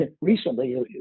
recently